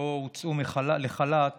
או הוצאו לחל"ת